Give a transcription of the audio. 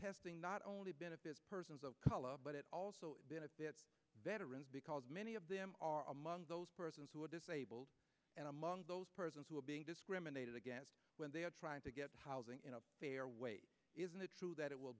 testing not only benefits persons of color but it also veterans because many of them are among those persons who are disabled and among those persons who are being discriminated against when they are trying to get housing in a fair way isn't it true that it will